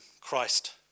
Christ